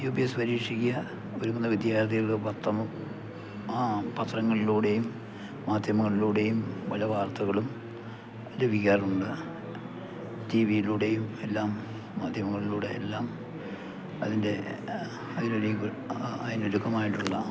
U P S C പരീക്ഷയ്ക്ക് ഒരുങ്ങുന്ന വിദ്യാർത്ഥികള്ക്ക് പത്രങ്ങളിലൂടെയും മാധ്യമങ്ങളിലൂടെയും പല വാർത്തകളും ലഭിക്കാറുണ്ട് ടി വിയിലൂടെയുമെല്ലാം മാധ്യമങ്ങളിലൂടെയെല്ലാം അതിൻ്റെ അതിനൊരുക്കമായിട്ടുള്ള